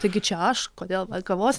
taigi čia aš kodėl kavos